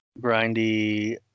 grindy